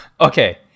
Okay